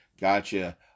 Gotcha